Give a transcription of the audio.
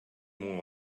more